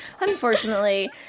Unfortunately